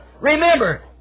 Remember